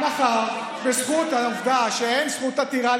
מי רצה לקחת את זכות ההפגנה?